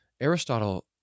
Aristotle